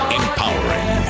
empowering